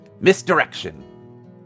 Misdirection